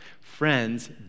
Friends